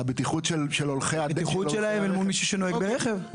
זה הבטיחות שלהם מול מי שנוהג ברכב.